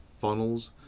funnels